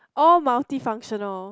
all multi-functional